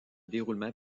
déroulement